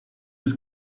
yüz